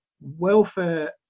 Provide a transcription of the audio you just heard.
welfare